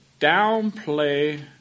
downplay